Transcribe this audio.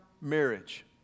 marriage